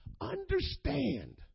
Understand